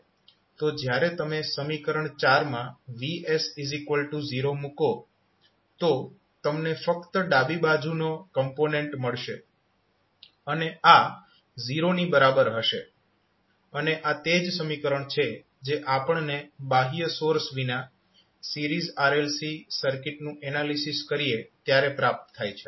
તો જ્યારે તમે સમીકરણ માં VS0 મૂકો તો તમને ફક્ત ડાબી બાજુનો કોમ્પોનેન્ટ મળશે અને આ 0 ની બરાબર હશે અને આ તે જ સમીકરણ છે જે આપણને બાહ્ય સોર્સ વિના સિરીઝ RLC સર્કિટનું એનાલિસીસ કરીએ ત્યારે પ્રાપ્ત થાય છે